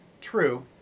True